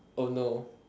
oh no